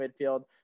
midfield